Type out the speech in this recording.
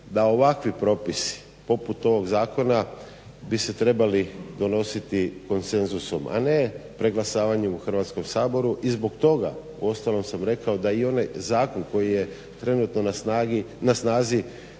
da ovakvi propisi poput ovog zakona bi se trebali donositi konsenzusom a ne preglasavanjem u Hrvatskom saboru. I zbog toga uostalom sam rekao da i onaj zakon koji je trenutno na snazi